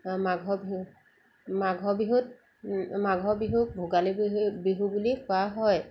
মাঘৰ বিহু মাঘৰ বিহুত মাঘৰ বিহুক ভোগালী বিহু বুলি কোৱা হয়